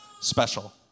special